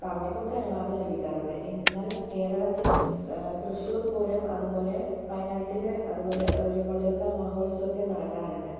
അപ്പോൾ അവർക്കൊക്കെ അനുവാദം ലഭിക്കാറുണ്ട് എന്ന എന്നാൽ കേരളത്തിൽ തൃശൂർപൂരം അത്പോലെ വയനാട്ടിലെ അത്പോലെ ഒരു വാണിയംകാവ് മഹോൽസവമൊക്കേ നടക്കാറുണ്ട്